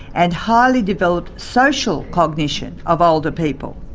and highly developed social cognition of older people.